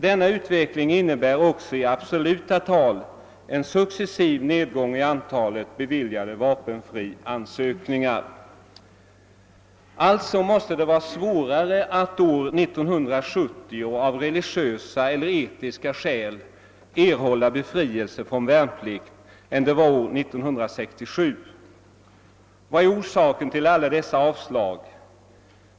Denna utveckling innebär också i absoluta tal en successiv nedgång i antalet beviljade vapenfriansökningar. Alltså måste det vara svårare att år 1970 av religiösa eller etiska skäl erhålla befrielse från värnplikt än det var år 1967. Vad är orsaken till alla dessa avslag?